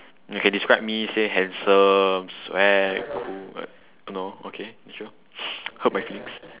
okay describe me say handsome swag cool all that no okay sure hurt my feelings